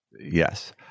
Yes